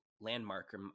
landmark